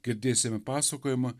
girdėsime pasakojimą